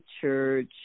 church